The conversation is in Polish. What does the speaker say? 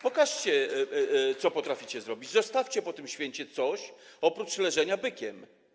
Pokażcie, co potraficie zrobić, zostawcie po tym święcie coś oprócz leżenia bykiem.